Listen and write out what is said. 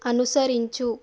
అనుసరించు